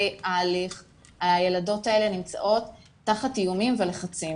ההליך הילדות האלה נמצאות תחת איומים ולחצים